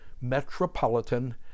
Metropolitan